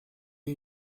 new